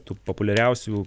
tų populiariausių